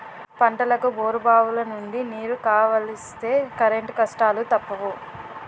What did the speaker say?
పంటలకు బోరుబావులనుండి నీరు కావలిస్తే కరెంటు కష్టాలూ తప్పవు